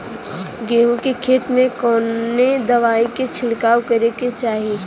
गेहूँ के खेत मे कवने दवाई क छिड़काव करे के चाही?